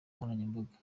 nkoranyambaga